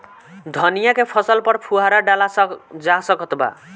धनिया के फसल पर फुहारा डाला जा सकत बा?